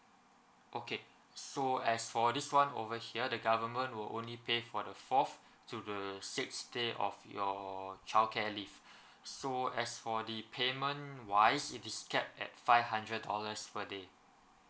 okay so as for this one over here the government will only pay for the fourth to the sixth day of your childcare leave so as for the payment wise it is capped at five hundred dollars per day